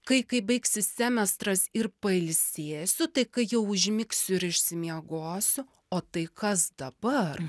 kai kai baigsis semestras ir pailsėsiu tai kai jau užmigsiu ir išsimiegosiu o tai kas dabar